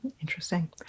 Interesting